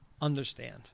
understand